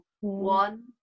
one